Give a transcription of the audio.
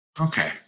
Okay